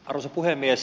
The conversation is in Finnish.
arvoisa puhemies